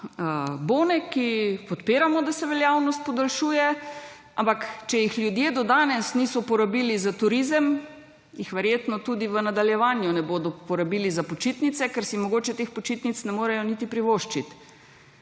na bone, ki podpiramo, da se veljavnost podaljšuje, ampak če jih ljudje do danes niso porabili za turizem jih verjetno tudi v nadaljevanju ne bodo porabili za počitnice, ker si mogoče teh počitnic ne morejo niti privoščiti.